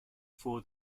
for